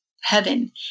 heaven